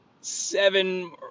seven